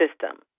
system